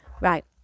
Right